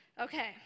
Okay